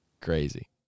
Crazy